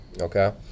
okay